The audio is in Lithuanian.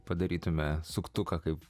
padarytume suktuką kaip